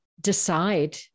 decide